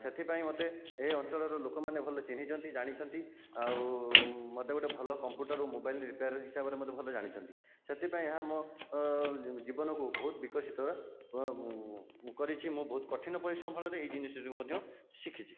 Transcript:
ସେଥିପାଇଁ ମୋତେ ଏ ଅଞ୍ଚଳର ଲୋକମାନେ ଭଲ ଚିହ୍ନିଛନ୍ତି ଜାଣିଛନ୍ତି ଆଉ ମୋତେ ଗୋଟିଏ ଭଲ କମ୍ପ୍ୟୁଟର ଓ ମୋବାଇଲ ରିପେର ହିସାବରେ ମୋତେ ଭଲ ଜାଣିଛନ୍ତି ସେଥିପାଇଁ ଏହା ମୋ ଜୀବନକୁ ବହୁତ ବିକଶିତ କରିଛି ମୁଁ ବହୁତ କଠିନ ପରିଶ୍ରମ ଫଳରେ ଏହି ଜିନିଷଟିକୁ ମଧ୍ୟ ଶିଖିଛି